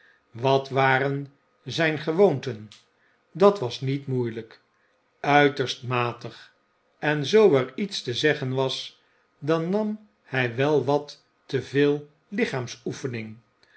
wat waren zijn gewoonten dat was niet moeilijk uiterst matig en zoo er iets te zeggen was dan nam hij wel wat